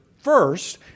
first